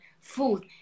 food